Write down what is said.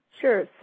Sure